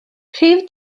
rhif